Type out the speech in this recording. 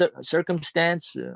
circumstance